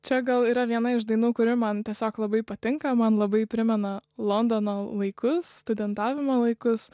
čia gal yra viena iš dainų kuri man tiesiog labai patinka man labai primena londono laikus studentavimo laikus